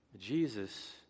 Jesus